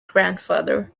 grandfather